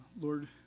Lord